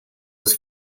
his